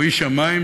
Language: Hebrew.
או איש המים,